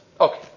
Okay